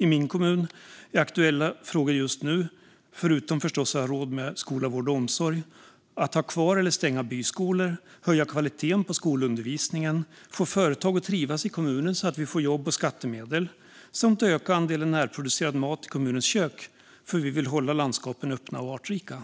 I min kommun är aktuella frågor just nu - förutom förstås att ha råd med skola, vård och omsorg - att ha kvar eller stänga byskolor, att höja kvaliteten på skolundervisningen, att få företag att trivas i kommunen så att vi får jobb och skattemedel samt att öka andelen närproducerad mat i kommunens kök eftersom vi vill hålla landskapen öppna och artrika.